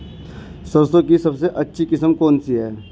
सरसों की सबसे अच्छी किस्म कौन सी है?